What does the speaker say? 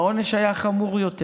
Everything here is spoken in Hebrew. העונש היה חמור יותר.